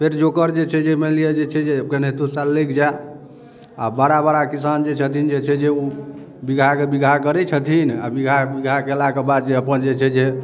पेट जोगर जे छै जे मानि लिअ जे छै जे केनाहितो साल लागि जाए आ बड़ा बड़ा किसान जे छथिन जे छै जे ओ बीघा के बीघा करै छथिन आ बीघा के बीघा केला के बाद जे अपन जे छै जे